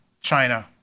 China